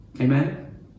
Amen